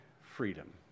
freedom